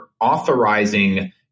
authorizing